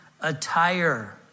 attire